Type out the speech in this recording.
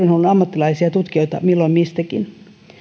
ammattilaisia ja tutkijoita milloin mistäkin